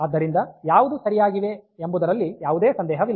ಆದ್ದರಿಂದ ಯಾವುದು ಸರಿಯಾಗಿದೆ ಎಂಬುದರಲ್ಲಿ ಯಾವುದೇ ಸಂದೇಹವಿಲ್ಲ